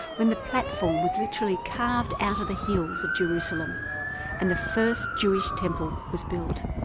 when the platform was literally carved out of the hills of jerusalem and the first jewish temple was built.